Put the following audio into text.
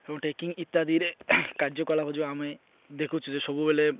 ଏବଂ ଟ୍ରାକିଂ ଇତ୍ୟାଦିରେ କାର୍ଯ୍ୟକଳାପକୁ ଯେଉଁ ଆମେ ଦେଖୁଛୁ ଯେ ସବୁବେଳେ